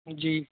جی